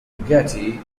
bugatti